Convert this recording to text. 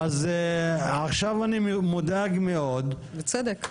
אז עכשיו אני מודאג מאוד -- בצדק.